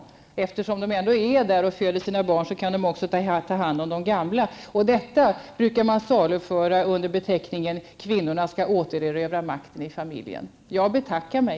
Och eftersom de ändå är där och föder sina barn, kan de också ta hand om de gamla. Detta brukar saluföras under beteckningen att kvinnorna skall återerövra makten i familjen. Jag betackar mig.